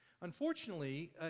Unfortunately